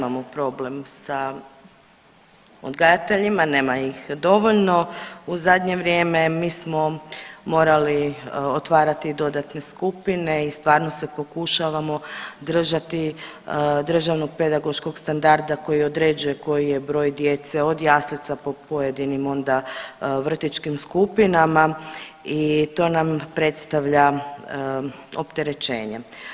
Da imamo problem sa odgajateljima, nema ih dovoljno u zadnje vrijeme mi smo morali otvarati dodatne skupine i stvarno se pokušavamo držati državnog pedagoškog standarda koji određuje koji je broj djece od jaslica po pojedinim onda vrtićkim skupinama i to nam predstavlja opterećenje.